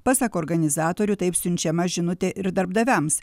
pasak organizatorių taip siunčiama žinutė ir darbdaviams